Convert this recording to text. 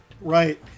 right